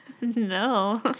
No